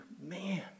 Man